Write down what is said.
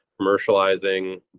commercializing